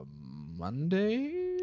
Monday